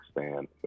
expand